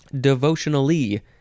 Devotionally